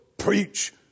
preach